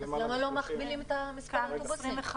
למה לא מכפילים את מספר האוטובוסים?